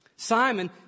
Simon